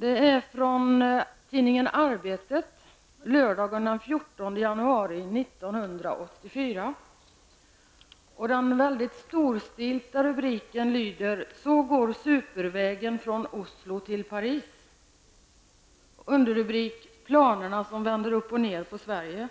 Artikeln fanns i tidningen Arbetet lördagen den 14 januari 1984. Storstilt lyder rubriken: ''Så går 'supervägen' från Oslo till Paris''. Så står det : ''Planerna som vänder upp och ned på Sverige.